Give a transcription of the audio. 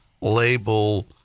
label